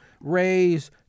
raise